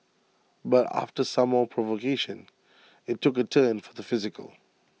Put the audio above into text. but after some more provocation IT took A turn for the physical